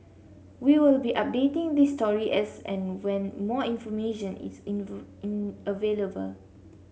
we will be updating this story as and when more information is in in available